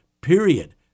period